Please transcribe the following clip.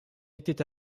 était